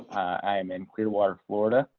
i am in clearwater, florida.